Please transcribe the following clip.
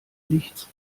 nichts